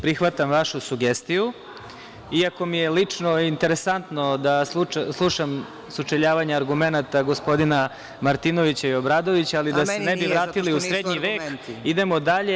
Prihvatam vašu sugestiju, iako mi je lično interesantno da slušam sučeljavanje argumenata gospodina Martinovića i Obradovića, ali da se ne bi vratili u srednji vek, idemo dalje.